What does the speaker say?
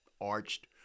arched